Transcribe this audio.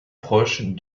proche